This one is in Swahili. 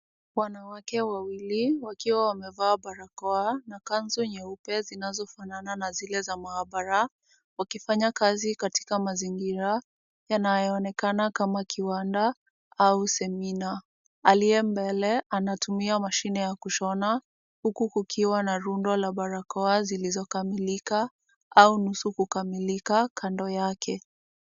Wanawake wawili wakiwa wamevaa barakoa na kanzu nyeupe zinazofanana na zile za mahabara wakifanya kazi katika mazingira yanayoonekana kama kiwanda au semina. Aliye mbele anatumia mashine ya kushona huku kukiwa na rundo la barakoa zilizo kamilika au nusu kukamilika mbele yake.